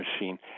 machine